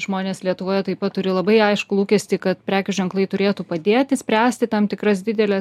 žmonės lietuvoje taip pat turi labai aiškų lūkestį kad prekių ženklai turėtų padėti spręsti tam tikras dideles